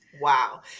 Wow